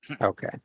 okay